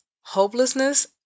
hopelessness